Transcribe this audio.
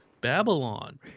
Babylon